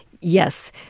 Yes